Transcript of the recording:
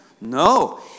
No